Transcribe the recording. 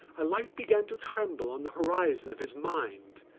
a light began to tremble on the horizon of his mind.